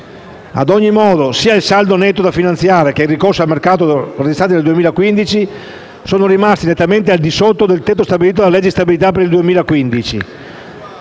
Ad ogni modo, sia il saldo netto da finanziare che il ricorso al mercato registrati nel 2015 sono rimasti nettamente al di sotto del tetto stabilito dalla legge di stabilità per il 2015,